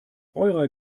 eurer